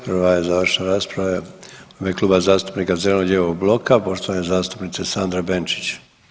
Prva je završna rasprava u ime Kluba zastupnika Zeleno-lijevog bloka poštovane zastupnice Sandre Benčić.